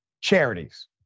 charities